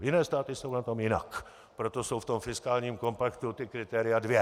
Jiné státy jsou na tom jinak, proto jsou ve fiskálním kompaktu kritéria dvě.